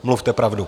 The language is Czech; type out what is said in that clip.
Mluvte pravdu.